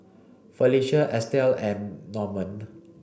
Felicia Estill and Norman